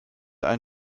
ein